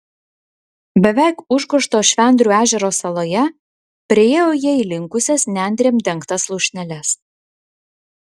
beveik užgožto švendrių ežero saloje priėjo jie įlinkusias nendrėm dengtas lūšneles